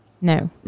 No